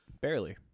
Barely